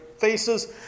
faces